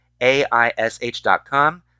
AISH.com